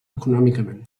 econòmicament